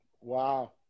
Wow